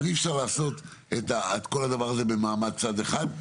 אבל אי-אפשר לעשות את כל הדבר הזה במעמד צד אחד,